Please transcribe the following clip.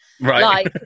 right